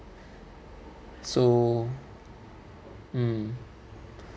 so mm